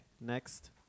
next